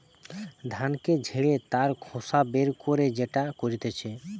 ধানকে ঝেড়ে তার খোসা বের করে যেটা করতিছে